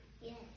Yes